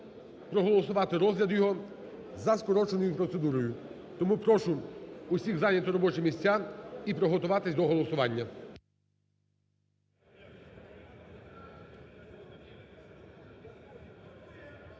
проголосувати розгляд його за скороченою процедурою. Тому прошу усіх зайняти робочі місця і приготуватись до голосування.